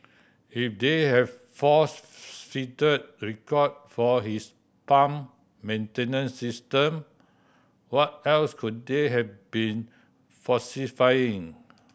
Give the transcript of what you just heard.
if they have falsified record for this pump maintenance system what else could they have been falsifying